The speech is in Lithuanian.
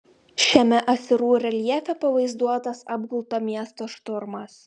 šiame asirų reljefe pavaizduotas apgulto miesto šturmas